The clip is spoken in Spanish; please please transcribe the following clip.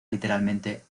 literalmente